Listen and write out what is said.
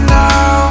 now